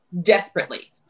desperately